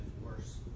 worse